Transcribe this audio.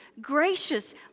gracious